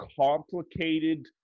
complicated